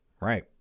Right